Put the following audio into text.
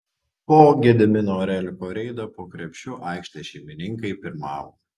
po gedimino oreliko reido po krepšiu aikštės šeimininkai pirmavo